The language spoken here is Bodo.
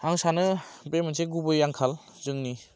आं सानो बे मोनसे गुबै आंखाल जोंनि